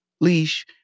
leash